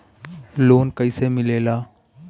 Loan कईसे मिलेला?